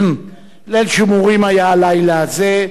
ליל שימורים היה הלילה הזה,